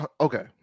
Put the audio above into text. Okay